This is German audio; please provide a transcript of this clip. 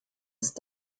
ist